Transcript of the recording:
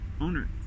owner